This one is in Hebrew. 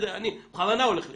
אני בכוונה הולך לשם.